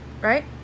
right